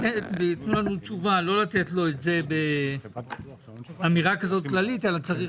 לא לתת לו את זה באמירה כזאת כללית אלא צריך